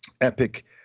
epic